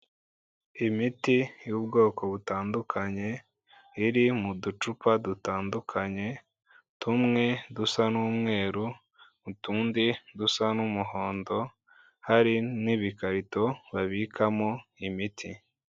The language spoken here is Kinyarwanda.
Imiti y'ubwoko butandukanye iri mu ducupa dutandukanye, tumwe dusa n'umweru, utundi dusa n'umuhondo, hari n'ibikarito babikamo imiti.